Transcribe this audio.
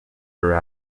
her